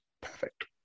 perfect